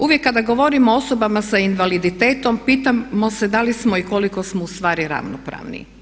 Uvijek kada govorim o osobama sa invaliditetom pitamo se da li smo i koliko smo u stvari ravnopravni.